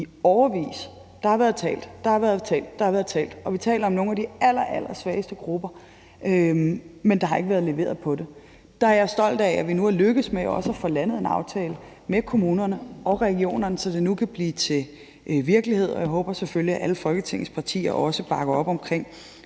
årevis. Der har været talt, og der har været talt, og vi taler om nogle af de allerallersvageste grupper, men der har ikke været leveret på det. Der er jeg stolt af, at vi nu er lykkedes med også at få landet en aftale med kommunerne og regionerne, så det nu kan blive til virkelighed, og jeg håber selvfølgelig, at alle Folketingets partier også bakker op omkring